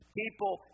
people